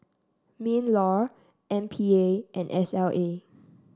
Minlaw M P A and S L A